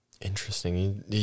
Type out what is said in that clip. Interesting